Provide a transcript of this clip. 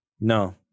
No